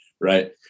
Right